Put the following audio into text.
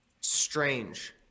strange